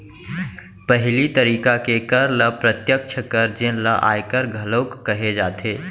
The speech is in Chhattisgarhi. पहिली तरिका के कर ल प्रत्यक्छ कर जेन ल आयकर घलोक कहे जाथे